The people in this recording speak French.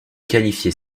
qualifiée